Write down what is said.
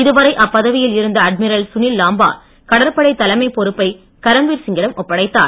இதுவரை அப்பதவியில் இருந்த அட்மிரல் சுனில் லாம்பா கடற்படை தலைமைப் பொறுப்பை கரம்வீர் சிங்கிடம் ஒப்படைத்தார்